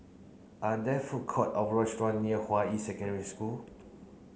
are there food court or restaurant near Hua Yi Secondary School